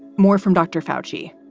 more from dr. foushee